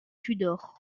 tudor